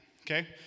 okay